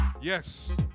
Yes